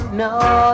no